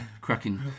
cracking